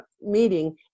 meeting